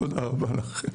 תודה רבה לכם.